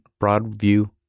Broadview